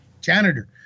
janitor